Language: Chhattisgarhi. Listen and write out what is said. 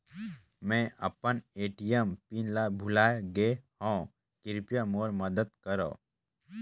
मैं अपन ए.टी.एम पिन ल भुला गे हवों, कृपया मोर मदद करव